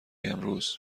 امروز